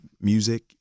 music